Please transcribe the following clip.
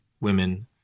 women